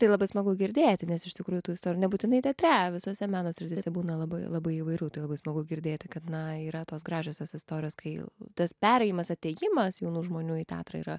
tai labai smagu girdėti nes iš tikrųjų tų istorijų nebūtinai teatre visose meno srityse būna labai labai įvairių tai labai smagu girdėti kad na yra tos gražiosios istorijos kai tas perėjimas atėjimas jaunų žmonių į teatrą yra